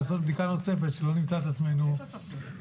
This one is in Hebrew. לעשות בדיקה נוספת שלא נמצא את עצמנו שמישהו